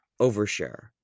overshare